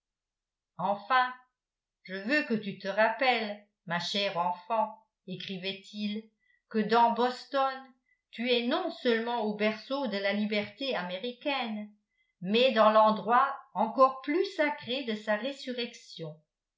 enfin je veux que tu te rappelles ma chère enfant écrivait-il que dans boston tu es non seulement au berceau de la liberté américaine mais dans l'endroit encore plus sacré de sa résurrection